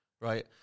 right